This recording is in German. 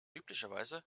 üblicherweise